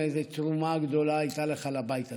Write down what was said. איזו תרומה גדולה הייתה לך לבית הזה.